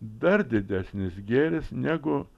dar didesnis gėris negu